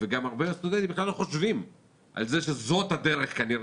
וגם הרבה סטודנטים בכלל לא חושבים על זה שזאת הדרך כנראה,